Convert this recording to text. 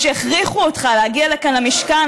עד שהכריחו אותך להגיע לכאן למשכן,